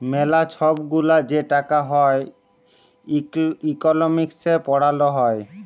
ম্যালা ছব গুলা যে টাকা হ্যয় ইকলমিক্সে পড়াল হ্যয়